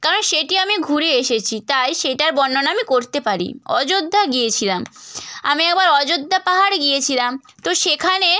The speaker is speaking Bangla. কারণ সেটি আমি ঘুরে এসেছি তাই সেটার বর্ণনা আমি করতে পারি অযোধ্যা গিয়েছিলাম আমি একবার অযোধ্যা পাহাড় গিয়েছিলাম তো সেখানে